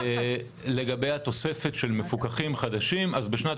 לגבי תוספת של מפוקחים חדשים בשנת